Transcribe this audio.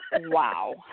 Wow